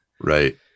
Right